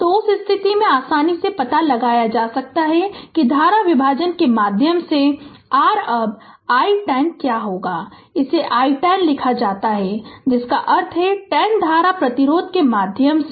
तो उस स्थिति में आसानी से पता लगाया जा सकता है कि धारा विभाजन के माध्यम से R अब i 10 क्या है इसे i 10 लिखा जाता है जिसका अर्थ है 10 धारा प्रतिरोध के माध्यम से